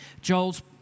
Joel's